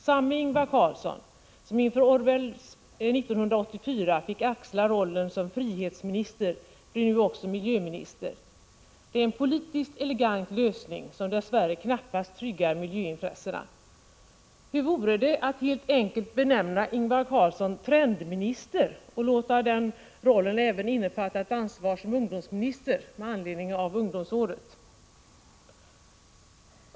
Samme Ingvar Carlsson, som inför Orwells 1984 fick axla rollen som ”frihetsminister”, blir nu också miljöminister. Det är en politiskt elegant lösning, som dess värre knappast tryggar miljöintressena. Hur vore det att helt enkelt benämna Ingvar Carlsson ”trendminister” och låta den rollen även innefatta ett ansvar som ungdomsminister, med anledning av ungdomsåret?